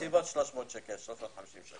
בסביבות 300, 350 שקל.